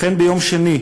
לכן, ביום שני,